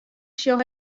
sjoch